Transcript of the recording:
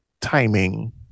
timing